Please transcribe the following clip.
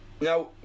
Now